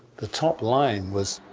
the top line was.